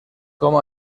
com